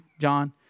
John